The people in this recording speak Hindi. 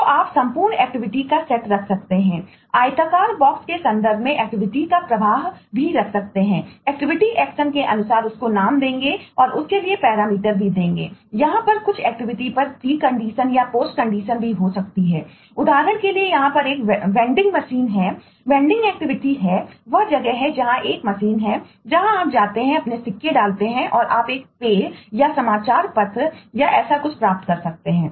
तो आप संपूर्ण एक्टिविटी है वह जगह है जहा एक मशीन है जहाँ आप जाते हैं अपने सिक्के डालते हैं और आप एक पेय या एक समाचार पत्र या ऐसा कुछ प्राप्त कर सकते हैं